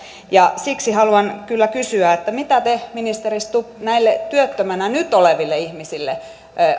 siksi haluan kyllä kysyä mitä te ministeri stubb näille nyt työttömänä oleville ihmisille